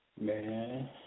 Man